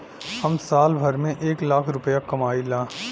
हम साल भर में एक लाख रूपया कमाई ला